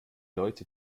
leute